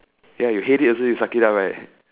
ya you headache also you suck it out right